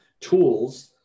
tools